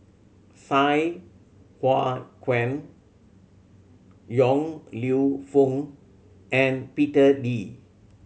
Sai Hua Kuan Yong Lew Foong and Peter Lee